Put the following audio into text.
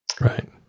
Right